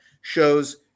shows